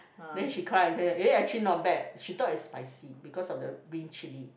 then she cry and say that eh actually not bad she thought is spicy because of the green chili